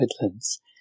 Midlands